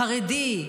חרדי,